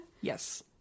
Yes